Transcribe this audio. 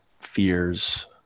fears